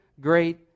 great